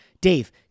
Dave